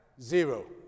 Zero